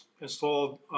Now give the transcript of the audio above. installed